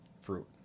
fruit